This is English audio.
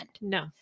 No